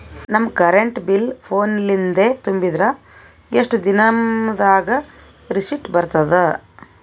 ನಮ್ current bill ಫೋನ ಲಿಂದೇ ತುಂಬಿದ್ರ, ಎಷ್ಟ ದಿ ನಮ್ ದಾಗ ರಿಸಿಟ ಬರತದ?